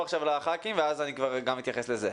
עכשיו לח"כים ואז אני גם אתייחס לזה.